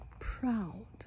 proud